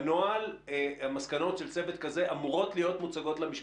בנוהל המסקנות של צוות כזה אמורות להיות מוצגות למשפחה.